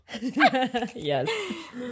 Yes